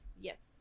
yes